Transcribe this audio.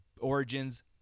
origins